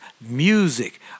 music